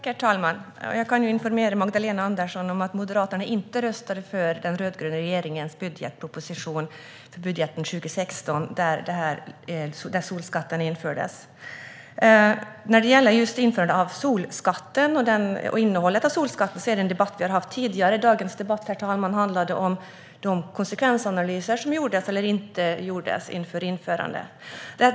Herr talman! Jag kan informera Magdalena Andersson om att Moderaterna inte röstade för den rödgröna regeringens budgetproposition för 2016, där solskatten infördes. Införandet av solskatten och innehållet har vi debatterat tidigare. Dagens debatt, herr talman, handlar om de konsekvensanalyser som gjordes eller inte gjordes inför införandet.